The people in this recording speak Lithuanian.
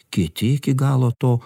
kiti iki galo to